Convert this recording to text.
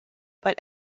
but